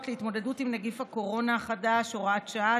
להתמודדות עם נגיף הקורונה החדש (הוראת שעה),